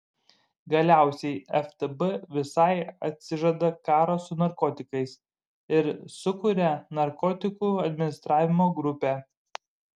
galiausiai ftb visai atsižada karo su narkotikais ir sukuria narkotikų administravimo grupę